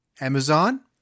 Amazon